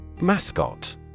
Mascot